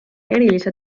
erilise